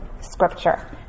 scripture